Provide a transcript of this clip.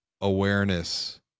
awareness